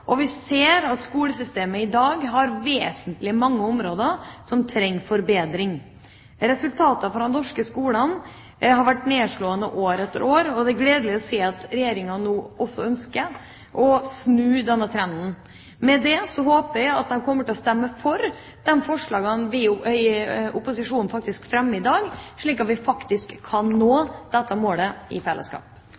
utfordringene. Vi ser at skolesystemet i dag har mange vesentlige områder som trenger forbedring. Resultatene fra norske skoler har vært nedslående år etter år, og det er gledelig å se at Regjeringa nå også ønsker å snu denne trenden. Med det håper jeg at regjeringspartiene kommer til å stemme for de forslagene vi i opposisjonen fremmer i dag, slik at vi faktisk kan nå